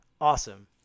Awesome